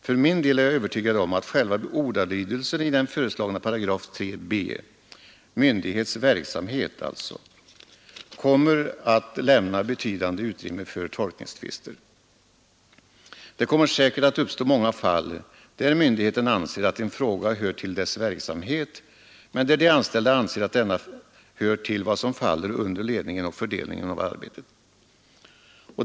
För min del är jag övertygad om att själva ordalydelsen i den föreslagna 3 § andra stycket b, myndighets verksamhet, kommer att lämna betydande utrymme för tolkningstvister. Det kommer säkert att uppstå många fall där myndigheten anser att en fråga hör till dess verksamhet men där de anställda anser att denna hör till vad som faller under ledningen och fördelningen av arbetet.